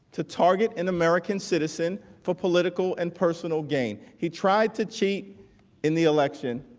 to target an american citizen for political and personal gain he tried to cheat in the election